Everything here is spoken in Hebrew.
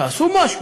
תעשו משהו.